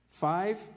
Five